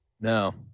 No